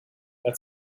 that